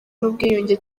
n’ubwiyunge